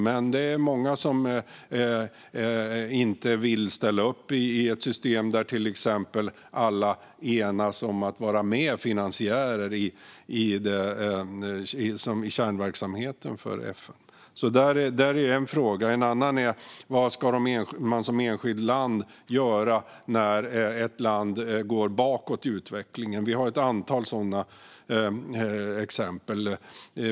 Men det är många som inte vill ställa upp i ett system där till exempel alla enas om att vara med som finansiärer i kärnverksamheten för FN. Det är en fråga. En annan fråga är vad man som enskilt land ska göra när ett land går bakåt i utvecklingen. Vi har ett antal sådana exempel.